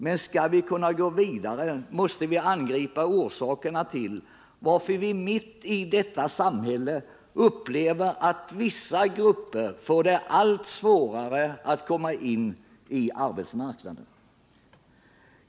Men skall vi kunna gå vidare, måste vi angripa orsakerna till att vi mitt i detta samhälle upplever att vissa grupper får det allt svårare att komma in på arbetsmarknaden.